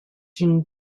une